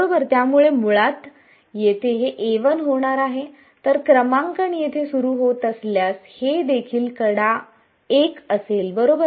त्यामुळे मुळात येथे हे होणार आहे तर क्रमांकन येथे सुरू होत असल्यास हे देखील कडा 1 असेल बरोबर